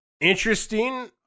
interesting